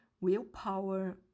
willpower